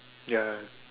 ya